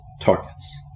targets